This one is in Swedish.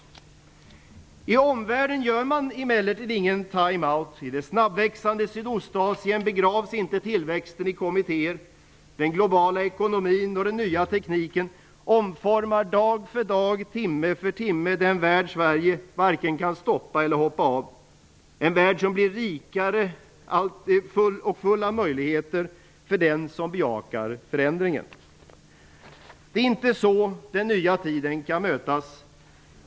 I omvärlden gör man emellertid inte time out. I det snabbväxande Sydostasien begravs inte tillväxten i kommittéer. Den globala ekonomin och den nya tekniken omformar dag för dag, timme för timme, den värld Sverige varken kan stoppa eller hoppa av. En värld som blir allt rikare och full av möjligheter för den som bejakar förändringar. Det är inte så den nya tiden kan mötas.